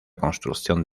construcción